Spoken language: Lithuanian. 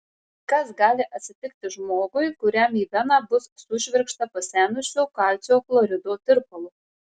kas gali atsitikti žmogui kuriam į veną bus sušvirkšta pasenusio kalcio chlorido tirpalo